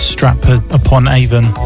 Stratford-upon-Avon